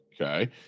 Okay